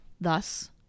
Thus